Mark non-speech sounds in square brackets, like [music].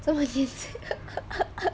这么年轻 [laughs]